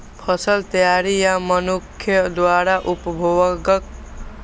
फसल तैयारी आ मनुक्ख द्वारा उपभोगक बीच अन्न नुकसान कें पोस्ट हार्वेस्ट लॉस कहल जाइ छै